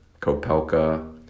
Kopelka